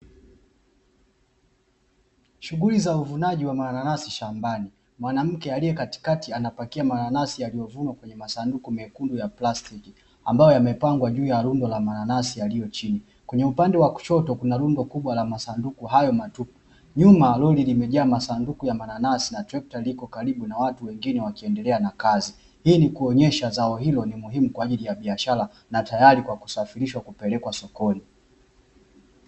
Shughuli za uvunaji wa mananasi shambani. Mwanamke aliye katikati anapakia mananasi aliyovunwa kwenye masanduku mekundu ya plastiki, ambayo yamepangwa juu ya rundo la mananasi yaliyo chini. Kwenye upande wa kushoto kuna rundo kubwa la masanduku hayo matupu. Nyuma, lori limejaa masanduku ya mananasi, na trekta liko karibu na watu wengine wakiendelea na kazi. Hii ni kuonyesha zao hilo ni muhimu kwa ajili ya biashara na tayari kwa kusafirishwa kupelekwa sokoni.